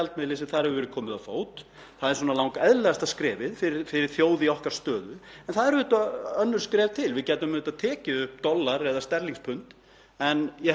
en ég held að það væri dálítið öðruvísi aðgerð og við myndum aldrei fá aðild að seðlabönkum Bandaríkjanna eða Bretlands.